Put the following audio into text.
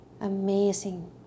amazing